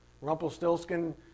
Rumpelstiltskin